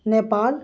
Nepal